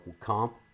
comp